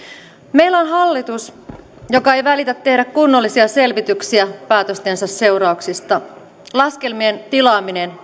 meillä on hallitus joka ei välitä tehdä kunnollisia selvityksiä päätöstensä seurauksista laskelmien tilaaminen